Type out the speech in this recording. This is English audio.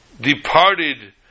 departed